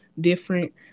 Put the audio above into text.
different